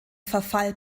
verfall